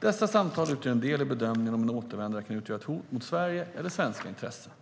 Dessa samtal utgör en del i bedömningen om en återvändare kan utgöra ett hot mot Sverige eller mot svenska intressen.